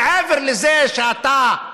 מעבר לזה שאתה,